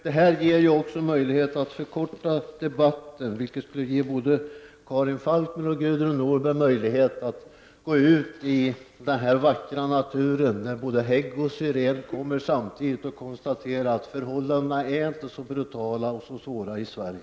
Den här möjligheten att förkorta debatten ger både Karin Falkmer och Gudrun Norberg möjlighet att gå ut i den vackra naturen, där både hägg och syrén blommar samtidigt och konstatera att förhållandena inte är så brutala och svåra i Sverige.